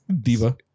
diva